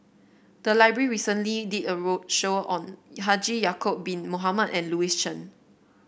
the library recently did a roadshow on Haji Ya'acob Bin Mohamed and Louis Chen